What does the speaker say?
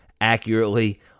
accurately